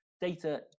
data